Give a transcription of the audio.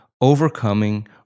overcoming